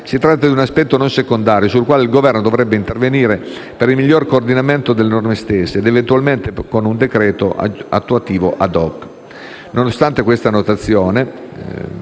Si tratta di un aspetto non secondario, sul quale il Governo dovrebbe intervenire per il miglior coordinamento delle norme stesse ed eventualmente con un decreto attuativo *ad hoc*. Nonostante questa notazione,